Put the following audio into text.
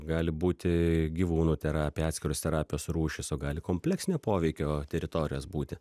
gali būti gyvūnų terapija atskiros terapijos rūšys o gali kompleksinio poveikio teritorijos būti